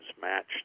match